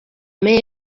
més